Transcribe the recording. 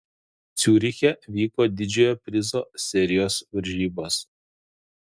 ciuriche vyko didžiojo prizo serijos varžybos